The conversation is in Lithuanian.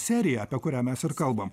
seriją apie kurią mes ir kalbam